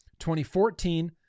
2014